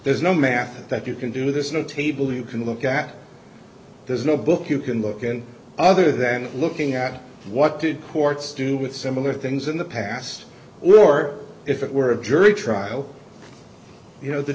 there's no math that you can do there's no table you can look at there's no book you can look at other than looking at what did courts do with similar things in the past or if it were a jury trial you know the